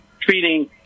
treating